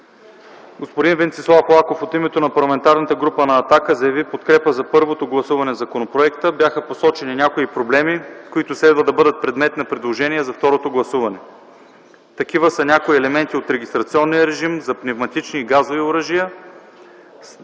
Господин Венцислав Лаков от името на Парламентарната група на „Атака” заяви подкрепа за първото гласуване на законопроекта. Бяха посочени някои проблеми, които следва да бъдат предмет на предложения за второто гласуване. Такива са някои елементи от регистрационния режим за пневматични и газови оръжия,